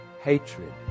hatred